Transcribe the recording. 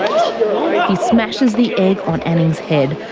smashes the egg on anning's head,